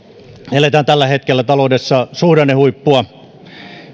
eletään tällä hetkellä taloudessa suhdannehuippua